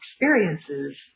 experiences